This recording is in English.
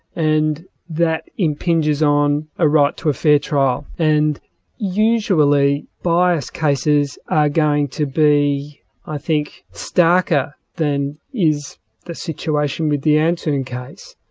and that impinges on a right to a fair trial. and usually, bias cases are going to be i think starker than is the situation with the antoun case.